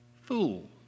fool